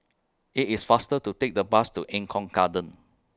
IT IS faster to Take The Bus to Eng Kong Garden